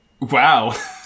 Wow